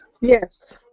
Yes